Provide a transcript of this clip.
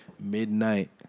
midnight